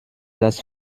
das